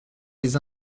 les